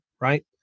Right